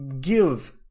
give